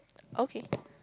okay